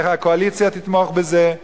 והקואליציה תתמוך בזה,